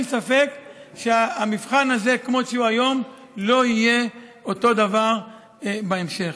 אין ספק שהמבחן הזה כמו שהוא היום לא יהיה אותו דבר בהמשך.